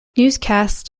newscasts